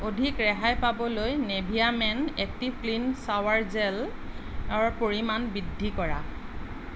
অধিক ৰেহাই পাবলৈ Nivea men active clean shower gel পৰিমাণ বৃদ্ধি কৰা